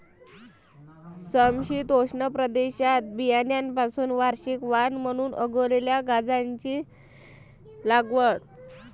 समशीतोष्ण प्रदेशात बियाण्यांपासून वार्षिक वाण म्हणून उगवलेल्या गांजाची लागवड